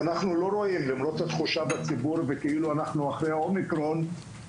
למרות התחושה בציבור שכאילו אנחנו אחרי האומיקרון,